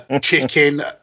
chicken